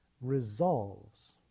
resolves